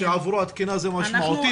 שעבורו התקינה היא משמעותית.